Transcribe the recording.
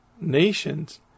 nations